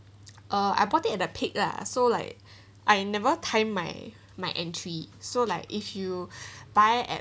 uh I bought it at the peak lah so like I never time my my entry so like if you buy at